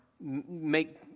make